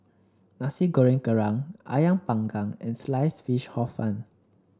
Nasi Goreng Kerang ayam Panggang and Sliced Fish Hor Fun